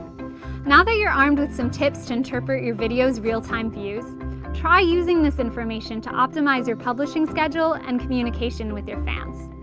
now that you're armed with some tips to interpret your video's real-time views try using this information to optimise your publishing schedule and communication with your fans.